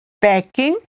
Packing